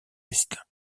est